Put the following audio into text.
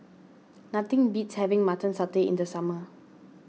nothing beats having Mutton Satay in the summer